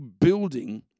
building